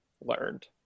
learned